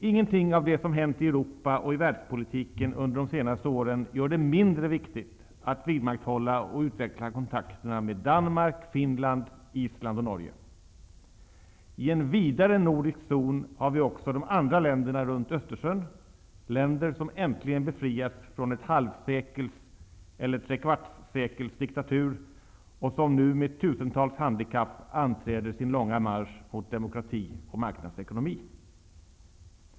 Ingenting av det som har hänt i Europa och i världspolitiken under de senaste åren gör det mindre viktigt att vidmakthålla och utveckla kontakterna med Danmark, Finland, Island och I en vidare nordisk zon har vi också de andra länderna runt Östersjön, länder som äntligen befriats från ett halvsekels eller trekvartssekels diktatur och som nu med tusentals handikapp anträder sin långa marsch mot demokrati och marknadsekonomi.